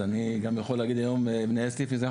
אני גם יכול להגיד היום מנהל סניף מזרח